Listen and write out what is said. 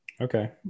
Okay